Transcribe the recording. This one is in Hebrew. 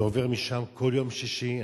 אני עובר שם כל יום שישי,